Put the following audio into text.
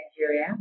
Nigeria